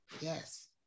Yes